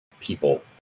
people